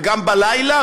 וגם בלילה,